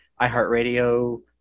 iHeartRadio